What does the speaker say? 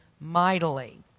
mightily